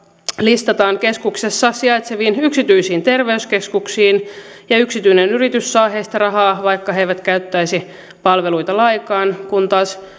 listataan keskustassa sijaitseviin yksityisiin terveyskeskuksiin ja yksityinen yritys saa heistä rahaa vaikka he eivät käyttäisi palveluita lainkaan kun taas